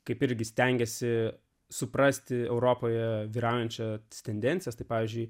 kaip irgi stengiasi suprasti europoje vyraujančias tendencijas tai pavyzdžiui